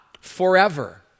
forever